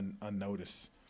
unnoticed